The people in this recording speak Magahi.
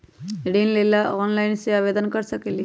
ऋण लेवे ला ऑनलाइन से आवेदन कर सकली?